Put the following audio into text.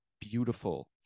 beautiful